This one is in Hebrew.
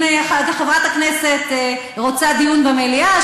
אם חברת הכנסת רוצה דיון במליאה,